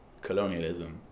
colonialism